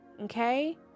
Okay